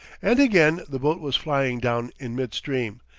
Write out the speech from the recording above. and again the boat was flying down in midstream,